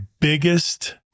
biggest